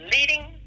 leading